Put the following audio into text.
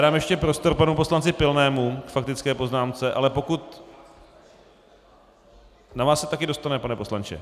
Dám ještě prostor panu poslanci Pilnému k faktické poznámce, ale pokud na vás se také dostane, pane poslanče.